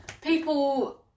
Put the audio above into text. people